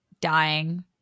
dying